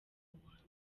ubuhamya